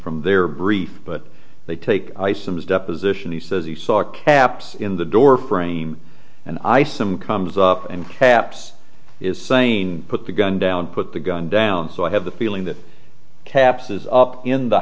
their brief but they take ice in his deposition he says he saw a caps in the door frame and i some comes up and taps is saying put the gun down put the gun down so i have the feeling that cap's is up in the